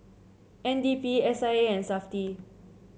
N D P S I A and Safti